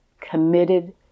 committed